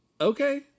okay